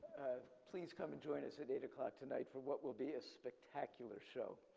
please come and join us at eight o'clock tonight for what will be a spectacular show.